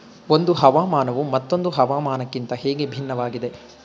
ಒಂದು ಹವಾಮಾನವು ಮತ್ತೊಂದು ಹವಾಮಾನಕಿಂತ ಹೇಗೆ ಭಿನ್ನವಾಗಿದೆ?